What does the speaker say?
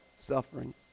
suffering